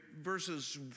verses